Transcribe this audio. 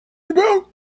about